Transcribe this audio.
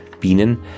Bienen